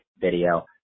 video